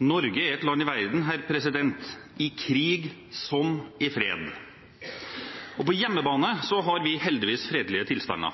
«Norge er et land i verden, herr president, i krig som i fred.» På hjemmebane har vi heldigvis fredelig tilstander,